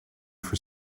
for